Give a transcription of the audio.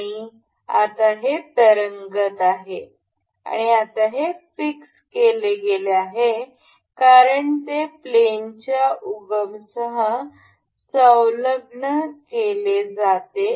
आणि आता हे तरंगत आहे आणि हे आता निश्चित केले गेले आहे कारण ते प्लॅनच्या उगमसह संलग्न केले जाते